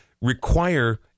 require